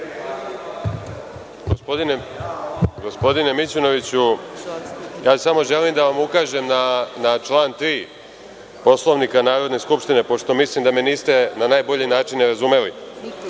Gospodine Mićunoviću ja samo želim da vam ukažem na član 3. Poslovnika Narodne skupštine pošto mislim da me niste na najbolji način razumeli.U